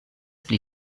pli